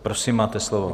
Prosím, máte slovo.